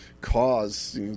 cause